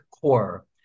core